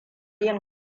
yin